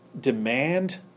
demand